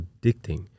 addicting